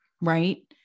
Right